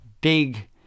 big